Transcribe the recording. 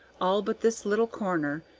all but this little corner,